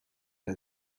wer